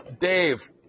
Dave